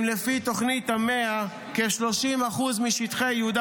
אם לפי תוכנית המאה כ-30% משטחי יהודה